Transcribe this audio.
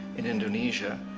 in indonesia,